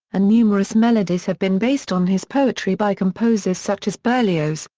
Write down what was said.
and numerous melodies have been based on his poetry by composers such as berlioz,